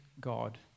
God